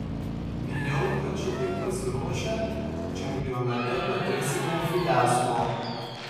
bijau kad šitaip pasiruošę čempionate patirsime fiasko